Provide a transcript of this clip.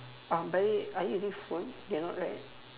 uh bhai are you using phone you are not right